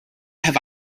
have